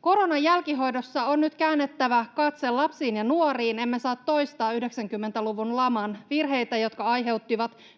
Koronan jälkihoidossa on nyt käännettävä katse lapsiin ja nuoriin. Emme saa toistaa 90-luvun laman virheitä, jotka aiheuttivat